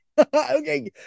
Okay